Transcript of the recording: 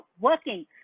working